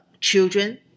children